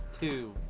two